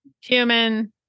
human